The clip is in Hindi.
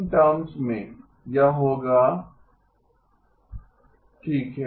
यह होगा 3000 01× lo g2183305 × lo g2 843304 × lo g2334331992 kbps 1992 kbps ठीक है